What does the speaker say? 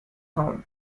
home